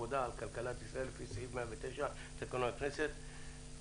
זאת רק ההתחלה, יהיו עוד.